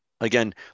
again